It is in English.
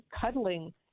cuddling